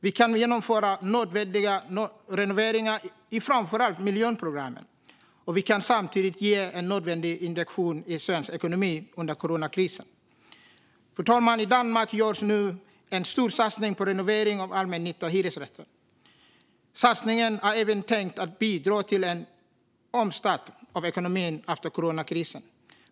Vi kan genomföra nödvändiga renoveringar i framför allt miljonprogrammet, och vi kan samtidigt ge en nödvändig injektion i svensk ekonomi under coronakrisen. Fru talman! I Danmark görs nu en stor satsning på renovering av allmännytta och hyresrätter. Satsningen är även tänkt att bidra till en omstart av ekonomin efter coronakrisen.